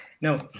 No